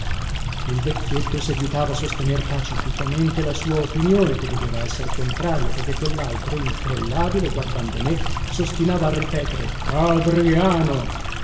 il vecchietto seguitava a sostener pacificamente la sua opinione che doveva esser contraria perché quellaltro incrollabile guardando me sostinava a ripetere adriano